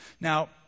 Now